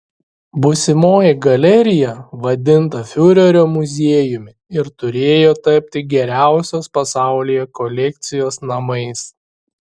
būsimoji galerija vadinta fiurerio muziejumi ir turėjo tapti geriausios pasaulyje kolekcijos namais